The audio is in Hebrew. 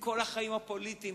כל החיים הפוליטיים,